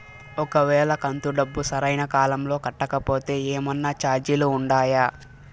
ఒక వేళ కంతు డబ్బు సరైన కాలంలో కట్టకపోతే ఏమన్నా చార్జీలు ఉండాయా?